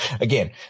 Again